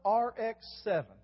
RX-7